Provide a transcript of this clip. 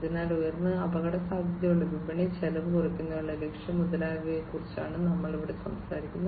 അതിനാൽ ഉയർന്ന അപകടസാധ്യതയുള്ള വിപണി ചെലവ് കുറയ്ക്കുന്നതിനുള്ള ലക്ഷ്യം മുതലായവയെക്കുറിച്ചാണ് ഞങ്ങൾ ഇവിടെ സംസാരിക്കുന്നത്